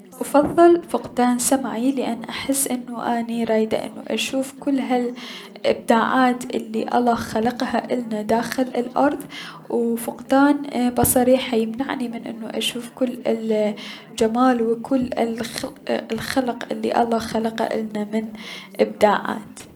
اففضل فقدان سمعي لأن اني احس انو اني رايدة اشوف كل هلأبداعات الي الله خلقها النا داخل الأرض و فقدان بصري حيمنعني من ان اشوف كل الجمال و كل الخلق الخلق الي الله خلقه النا من ابداعات.